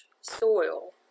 soil